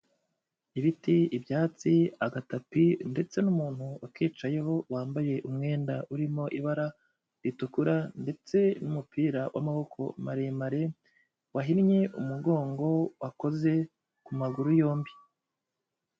Ibiti, ibyatsi, agatapi ndetse n'umuntu ukicayeho wambaye umwenda urimo ibara ritukura ndetse n'umupira w'amaboko maremare, wahinnye umugongo wakoze ku maguru yombi.